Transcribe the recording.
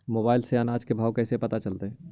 Mobile से अनाज के भाव कैसे पता चलतै?